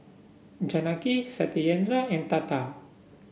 Janaki Satyendra and Tata